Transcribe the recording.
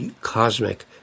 cosmic